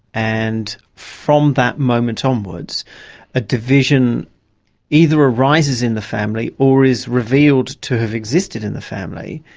and from that moment onwards a division either arises in the family or is revealed to have existed in the family,